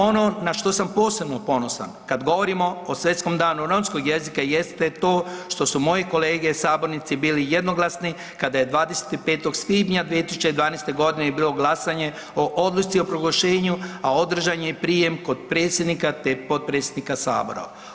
Ono na što sam posebno ponosan kad govorimo o Svjetskom danu romskog jezika jeste to što su moji kolege sabornici bili jednoglasni kad je 25. svibnja 2012. g. bilo glasanje o odluci o proglašenju, a održan je prijem kod predsjednika te potpredsjednika Sabora.